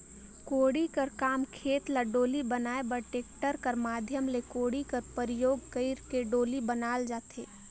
कोड़ी कर काम खेत ल डोली बनाए बर टेक्टर कर माध्यम ले कोड़ी कर परियोग कइर के डोली बनाल जाथे